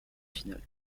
final